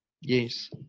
Yes